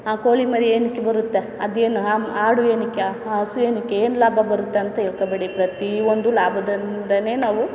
ಆ ಕೋಳಿ ಮರಿ ಏತಕ್ಕೆ ಬರುತ್ತೆ ಅದು ಏನು ಆ ಆಡು ಏತಕ್ಕೆ ಆ ಆ ಹಸು ಏತಕ್ಕೆ ಏನು ಲಾಭ ಬರುತ್ತೆ ಅಂತ ತಿಳ್ಕೊಳ್ಬೇಡಿ ಪ್ರತಿಯೊಂದು ಲಾಭದಿಂದಲೇ ನಾವು